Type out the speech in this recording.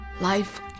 life